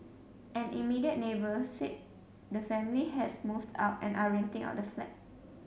an immediate neighbour said the family has moved out and are renting out the flat